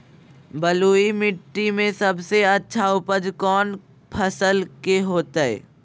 बलुई मिट्टी में सबसे अच्छा उपज कौन फसल के होतय?